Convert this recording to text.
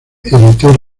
editor